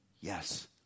yes